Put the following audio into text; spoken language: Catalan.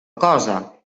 cosa